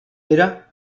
pere